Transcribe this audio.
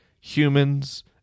humans